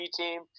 team